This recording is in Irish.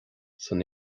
san